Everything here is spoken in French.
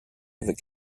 avec